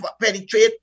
penetrate